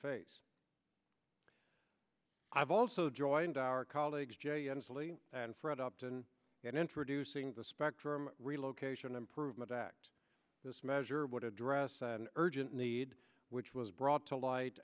face i've also joined our colleagues jay inslee and fred upton in introducing the spectrum relocation improvement act this measure would address an urgent need which was brought to light